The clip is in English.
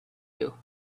you